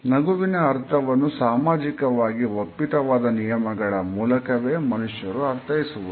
ನಗುವಿನ ಅರ್ಥವನ್ನು ಸಾಮಾಜಿಕವಾಗಿ ಒಪ್ಪಿತವಾದ ನಿಯಮಗಳ ಮೂಲಕವೇ ಮನುಷ್ಯರು ಅರ್ಥೈಸುವುದು